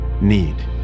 need